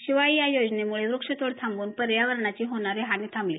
शिवाय या योजनेमुळे वृक्षतोड थांबून पर्यावरणाची होणारी हानी थांबली